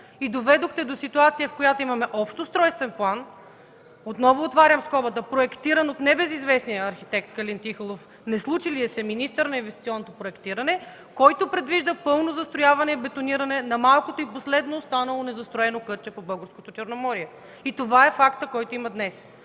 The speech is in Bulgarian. и доведохте до ситуация, в която имаме Общ устройствен план, отново отварям скобата – проектиран от небезизвестния архитект Калин Тихолов, неслучилият се министър на инвестиционното проектиране, който предвижда пълно презастрояване и бетониране на малкото и последното незастроено кътче по българското Черноморие. И това е фактът, който има днес.